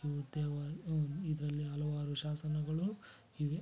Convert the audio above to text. ಈ ದೇವ ಇದರಲ್ಲಿ ಹಲವಾರು ಶಾಸನಗಳು ಇವೆ